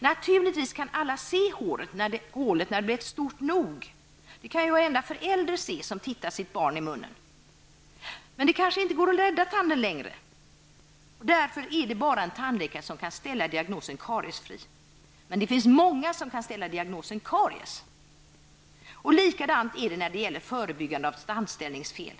Naturligtvis kan alla se ett hål när detta har blivit tillräckligt stort. Det kan ju varenda förälder upptäcka som tittar i sitt barns mun. Men då är det kanske inte längre möjligt att rädda tanden. Bara en tandläkare kan ställa diagnosen kariesfri. Många kan ställa diagnosen karies. Likadant förhåller det sig när det gäller förebyggande vård för att undvika tandställningsfel.